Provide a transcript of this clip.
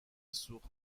سوخت